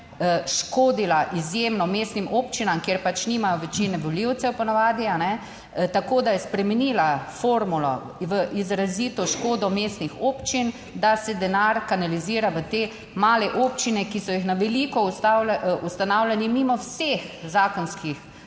škodila izjemno mestnim občinam, kjer pač nimajo večine volivcev po navadi, a ne, tako, da je spremenila formulo v izrazito škodo mestnih občin, da se denar kanalizira v te male občine, ki so jih na veliko ustanavljali mimo vseh zakonskih